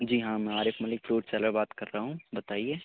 جی ہاں میں Arif Malik fruit seller بات کر رہا ہوں بتائیے